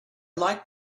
like